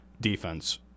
defense